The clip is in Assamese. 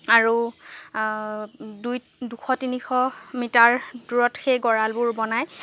আৰু দুই দুশ তিনিশ মিটাৰ দূৰত সেই গঁৰালবোৰ বনাই